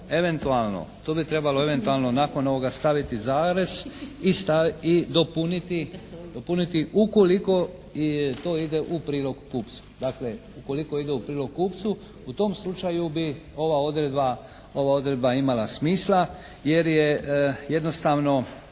posla. Tu bi trebalo eventualno nakon ovoga staviti zarez i dopuniti ukoliko to ide u prilog kupcu. Dakle ukoliko ide u prilog kupcu. U tom slučaju bi ova odredba imala smisla, jer je jednostavno